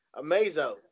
Amazo